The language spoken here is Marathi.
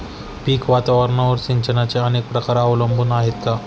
पीक वातावरणावर सिंचनाचे अनेक प्रकार अवलंबून आहेत का?